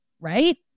right